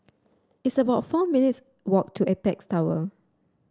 it's about four minutes' walk to Apex Tower